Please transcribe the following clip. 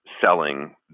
selling